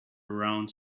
around